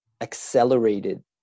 accelerated